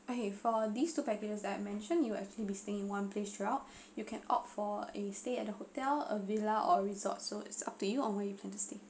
okay for these two packages that I mentioned you will actually be staying in one place through out you can opt for a stay at the hotel a villa or resort so it's up to you or you plan to stay